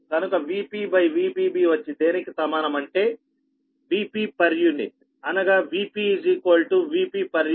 కనుక Vp VpB వచ్చి దేనికి సమానం అంటే Vp puఅనగా Vp Vp pu VpB